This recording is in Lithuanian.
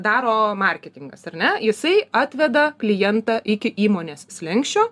daro marketingas ar ne jisai atveda klientą iki įmonės slenksčio